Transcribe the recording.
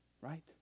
Right